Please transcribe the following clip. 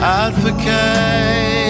advocate